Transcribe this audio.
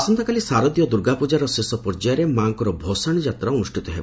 ଆସନ୍ତାକାଲି ଶାରଦୀୟ ଦୁର୍ଗାପୂଜାର ଶେଷ ପର୍ଯ୍ୟାୟରେ ମାଙ୍କର ଭସାଶୀ ଯାତ୍ରା ଅନୁଷିତ ହେବ